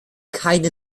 keine